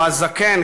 או "הזקן",